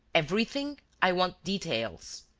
everything? i want details.